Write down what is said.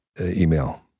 email